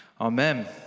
Amen